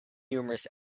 numerous